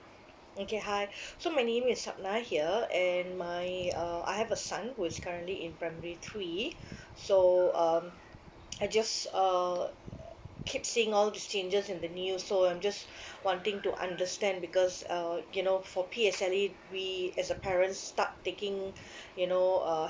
okay hi so my name is sapnai here and my uh I have a son who is currently in primary three so um I just uh keep seeing all these changes in the news so I'm just wanting to understand because uh you know for P_S_L_E we as a parent start taking you know uh